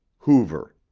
hoover